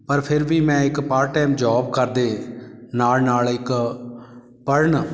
ਪਰ ਫਿਰ ਵੀ ਮੈਂ ਇੱਕ ਪਾਰਟ ਟਾਈਮ ਜੋਬ ਕਰਦੇ ਨਾਲ ਨਾਲ ਇੱਕ ਪੜ੍ਹਨ